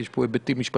יש פה היבטים משפטיים.